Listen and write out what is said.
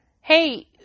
hey